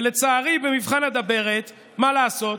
לצערי, במבחן הדברת, מה לעשות,